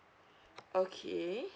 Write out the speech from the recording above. okay